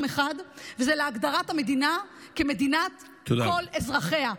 אחד: להגדרת המדינה כמדינת כל אזרחיה,